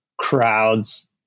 Crowds